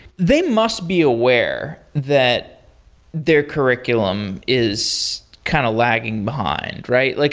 they must be aware that their curriculum is kind of lagging behind, right? like